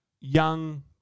young